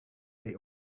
they